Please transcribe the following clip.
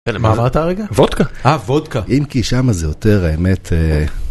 מה אמרת הרגע? וודקה. אה, וודקה. אם כי שמה זה יותר האמת.